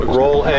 roll